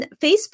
Facebook